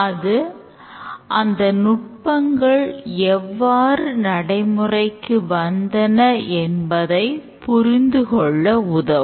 அது அந்த நுட்பங்கள் எவ்வாறு நடைமுறைக்கு வந்தன என்பதை புரிந்துகொள்ள உதவும்